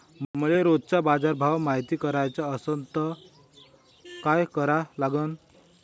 मले रोजचा बाजारभव मायती कराचा असन त काय करा लागन?